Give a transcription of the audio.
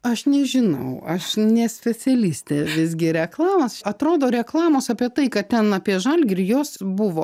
aš nežinau aš ne specialistė visgi reklamos atrodo reklamos apie tai kad ten apie žalgirį jos buvo